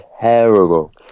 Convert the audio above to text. Terrible